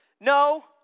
no